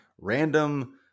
random